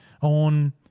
on –